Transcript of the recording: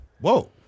Whoa